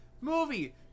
Movie